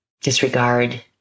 disregard